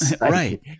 Right